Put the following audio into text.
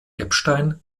eppstein